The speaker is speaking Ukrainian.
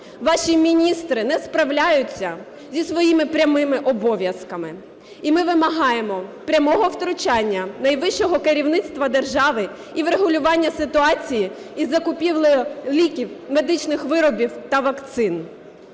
Ваші міністри не справляються зі своїми прямими обов'язками. І ми вимагаємо прямого втручання найвищого керівництва держави і врегулювання ситуації із закупівлею ліків, медичних виробів та вакцин.